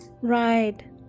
right